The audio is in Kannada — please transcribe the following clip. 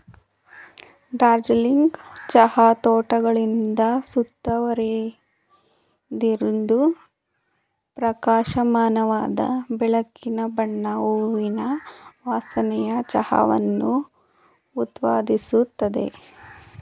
ಡಾರ್ಜಿಲಿಂಗ್ ಚಹಾ ತೋಟಗಳಿಂದ ಸುತ್ತುವರಿದಿದ್ದು ಪ್ರಕಾಶಮಾನವಾದ ಬೆಳಕಿನ ಬಣ್ಣ ಹೂವಿನ ವಾಸನೆಯ ಚಹಾವನ್ನು ಉತ್ಪಾದಿಸುತ್ತದೆ